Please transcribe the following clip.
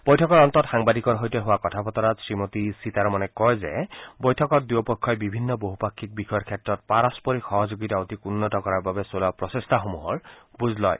বৈঠকৰ অন্তত সাংবাদিকৰ সৈতে হোৱা কথা বতৰাত শ্ৰীসীতাৰমণে কয় যে বৈঠকত দুয়োপক্ষই বিভিন্ন বহুপাক্ষিক বিষয়ৰ ক্ষেত্ৰত পাৰস্পৰিক সহযোগিতা অধিক উন্নত কৰাৰ বাবে চলোৱা প্ৰচেষ্টাসমূহৰ বুজ লয়